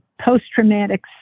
post-traumatic